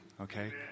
Okay